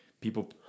people